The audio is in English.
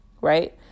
right